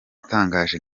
atangaje